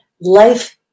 life